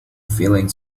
filling